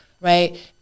right